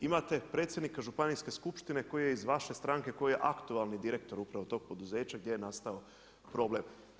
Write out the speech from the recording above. Imate predsjednika Županijske skupštine koji je iz vaše stranke, koji je aktualni direktor upravo tog poduzeća gdje je nastao problem.